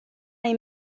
les